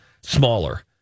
Smaller